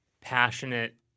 passionate